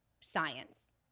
science